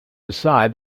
beside